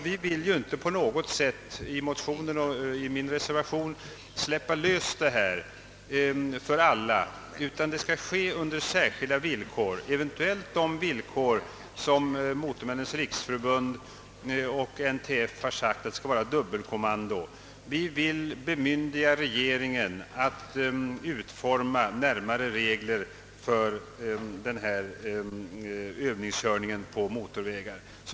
Vi vill inte på något sätt i motionen och min reservation släppa lös denna körning för alla, utan den skall ske under särskilda villkor, eventuellt de villkor som Motormännens riksförbund och NTF har föreslagit och som innebär att det skall vara dubbelkommando. Vi vill bemyndiga regeringen att utforma närmare regler för denna övningskörning på motorvägar.